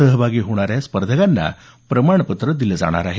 सहभागी होणाऱ्या स्पर्धकांना प्रमाणपत्रं दिली जाणार आहेत